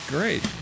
Great